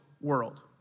world